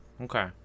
Okay